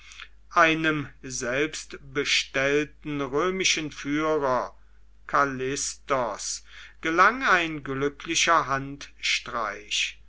einem selbstbestellten römischen führer kallias gelang ein glücklicher handstreich